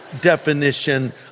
definition